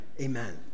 Amen